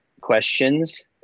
questions